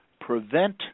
prevent